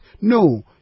No